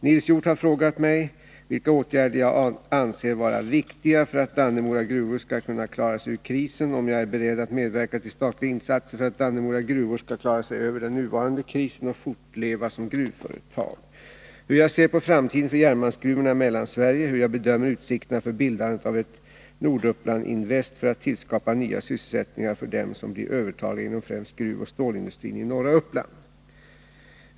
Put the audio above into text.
Nils Hjorth har frågat mig vilka åtgärder jag anser vara viktiga för att Dannemora gruvor skall kunna klara sig ur krisen, om jag är beredd att medverka till statliga insatser för att Dannemora gruvor skall klara sig över den nuvarande krisen och fortleva som gruvföretag, hur jag ser på framtiden för järnmalmsgruvorna i Mellansverige, hur jag bedömer utsikterna för bildandet av ett Nordupplandinvest för att tillskapa nya sysselsättningar för dem som blir övertaliga inom främst gruvoch stålindustrin i norra Uppland.